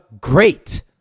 great